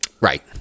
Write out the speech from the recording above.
right